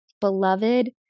beloved